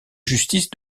justice